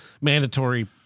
mandatory